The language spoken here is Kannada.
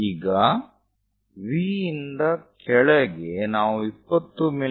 ಈಗ V ಇಂದ ಕೆಳಗೆ ನಾವು 20 ಮಿ